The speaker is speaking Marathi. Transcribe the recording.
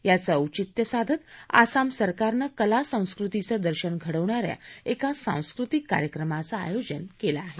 याचं औचित्य साधत आसाम सरकारनं कला संस्कृतीचं दर्शन घडवणाऱ्या एका सांस्कृतिक कार्यक्रमाचं आयोजन केलं आहे